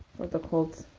for the cold.